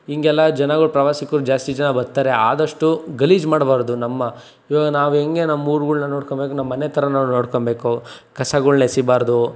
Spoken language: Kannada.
ಹಿಂಗೆಲ್ಲ ಜನಗಳು ಪ್ರವಾಸಿಗ್ರು ಜಾಸ್ತಿ ಜನ ಬರ್ತಾರೆ ಆದಷ್ಟು ಗಲೀಜು ಮಾಡಬಾರ್ದು ನಮ್ಮ ಇವಾಗ ನಾವು ಹೆಂಗೆ ನಮ್ಮ ಊರುಗಳ್ನ ನೋಡ್ಕೊಬೇಕು ನಮ್ಮ ಮನೆ ಥರ ನಾವು ನೋಡ್ಕಬೇಕು ಕಸಗಳ್ನ ಎಸೀಬಾರದು